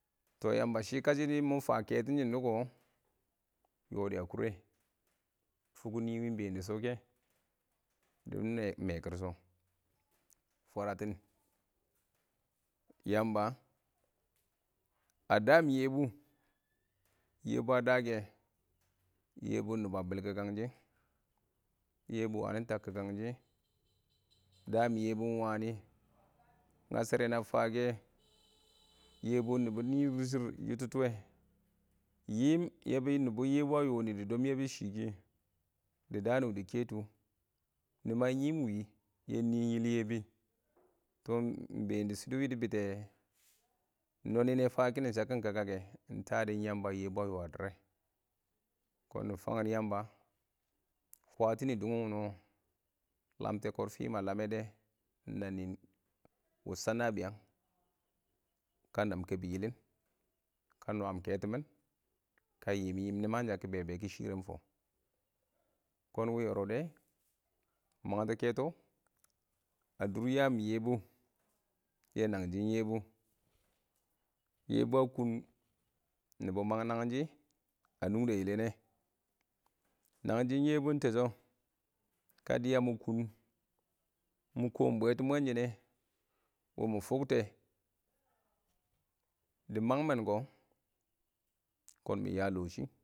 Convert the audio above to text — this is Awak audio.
tɔ yamba shɪ kəshɪ mɪ fan kɛton shɪn dʊ kʊ iɪng yodɛ a kurɛ fpok nɪ wɪɪnn iɪngbeen dɪ shokɛ dɪ nɛe iɪng mekɪr sho fanwaratin yamba a daan yɛbu yɛbu a dakɛ yɛbu nɪba bilkɪkəng shji yɛbu wangɪn bilkɪkəng shɪ daan yɛbu iɪng wanɪ ngashere na fankɛ, yɛbu na fan kɛ wɪɪn nɪbs dʊr yutuwe yiim yɛ nɪbs yɛbu a yonɪ dɪ dam yɛbi shɪkɪ dɪ daan nɪbs dɪ kɛtor nɪmang yɪlim iɪngwɪɪn yɛ nɪ iɪng yɪl yɛbu kɪ tɔ iɪngbeen dɪ shɪds wɪɪnidɪ bɪtɛ nonɪ nɛ shakɪns kə kə kɛ iɪngtedon yamba yɛbu a yo a drrekʊn nɪ fanngin yamba fwatin dʊngum wunɪws lamte kɪrfi ma lamme dɛ nannɪ wɪɪn sha naan biyang kə nam kɛbi yɪli kə nwan kɛtimɪn kə yiim yiim yɪli kɪbe kɪ shɪram fs kʊn wɪɪn yorsdɛ mɪ mangtɔ kɛto a dʊr yaam yɛbu yɛ nangshɪn yɛbu yɛbu a kʊn nɪbs mang nang shɪ a nungdɛ yɪllinɛ, nangshɪɪng yɛbu iɪnggtesho kə dɪya mɪn kum mɪn koom bwato mwen shɪn wɪɪn mɪ fukte dɪ mang mɪn kʊ, kʊm mɪ ya is shɪ